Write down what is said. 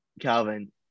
Calvin